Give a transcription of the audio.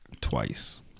twice